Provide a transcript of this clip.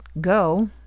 go